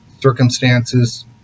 circumstances